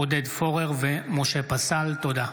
עודד פורר ומשה פסל בנושא: